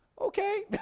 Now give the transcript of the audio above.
Okay